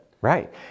Right